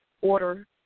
order